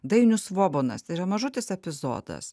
dainius svobonas yra mažutis epizodas